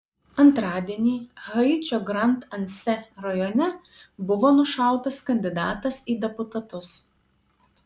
antradienį haičio grand anse rajone buvo nušautas kandidatas į deputatus